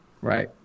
Right